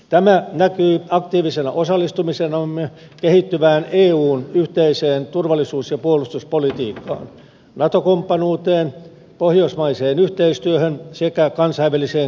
tämä näkyy aktiivisena osallistumisenamme kehittyvään eun yhteiseen turvallisuus ja puolustuspolitiikkaan nato kumppanuuteen pohjoismaiseen yhteistyöhön sekä kansainväliseen kriisinhallintaan